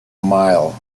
mile